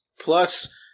Plus